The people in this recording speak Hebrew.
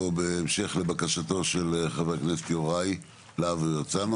בהמשך לבקשתו של חבר הכנסת יוראי להב-הרצנו,